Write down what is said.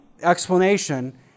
explanation